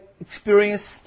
experienced